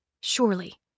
Surely